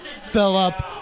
Philip